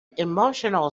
emotional